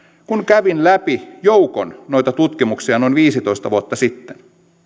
kun kävin läpi joukon noita tutkimuksia noin viisitoista vuotta sitten